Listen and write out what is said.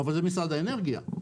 אבל זה משרד האנרגיה.